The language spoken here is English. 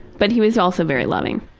but he was also very loving.